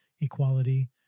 equality